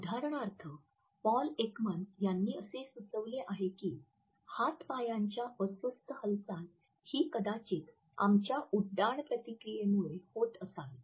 उदाहरणार्थ Paul Ekman यांनी असे सुचवले आहे की हात पायांच्या अस्वस्थ हालचाल ही कदाचित आमच्या उड्डाण प्रतिक्रियेमुळे होत असावीत